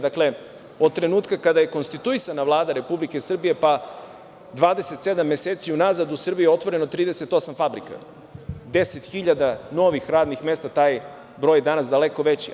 Dakle, od trenutka kada je konstituisana Vlada Republike Srbije, pa 27 meseci unazad, u Srbiji je otvoreno 38 fabrika, deset hiljada novih radnih mesta, taj broj je danas daleko veći.